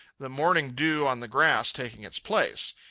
the morning dew on the grass taking its place.